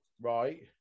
Right